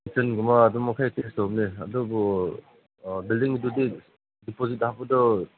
ꯀꯤꯠꯆꯟꯒꯨꯝꯕ ꯑꯗꯨꯝ ꯑꯩꯈꯣꯏ ꯑꯦꯇꯦꯁ ꯇꯧꯕꯅꯦ ꯑꯗꯨꯕꯨ ꯕꯤꯜꯗꯤꯡꯗꯨꯗꯤ ꯗꯤꯄꯣꯖꯤꯠ ꯍꯥꯞꯄꯗꯣ